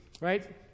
right